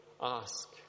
ask